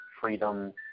freedom